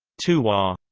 tuwaa